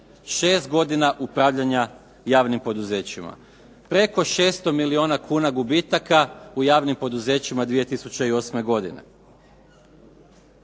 godina upravljanja javnim poduzećima, preko 600 milijuna kuna gubitaka u javnim poduzećima 2008. godine.